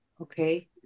Okay